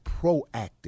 proactive